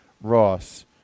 Ross